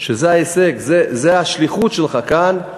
שזו השליחות שלך כאן,